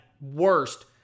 worst